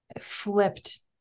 flipped